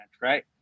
right